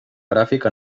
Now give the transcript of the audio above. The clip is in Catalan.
gràfic